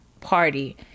party